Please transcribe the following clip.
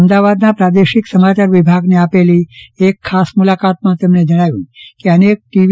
અમદાવાદના પ્રાદેશિક સમાચાર વિભાગને આપેલી એક ખાસ મુલાકાતમાં તેમણે જજ્ઞાવ્યું કે અનેક ટીવી